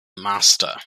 master